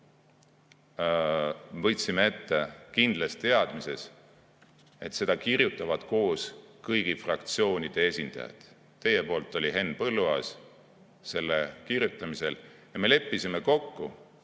võtsime ette kindlas teadmises, et seda kirjutavad koos kõigi fraktsioonide esindajad. Teie fraktsioonist oli Henn Põlluaas selle kirjutamisel ja me leppisime kokku,